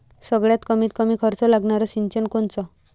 सगळ्यात कमीत कमी खर्च लागनारं सिंचन कोनचं?